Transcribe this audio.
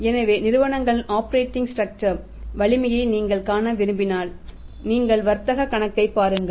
எனவே நிறுவனங்களின் operating structure வலிமையை நீங்கள் காண விரும்பினால் நீங்கள் வர்த்தக கணக்கை பாருங்கள்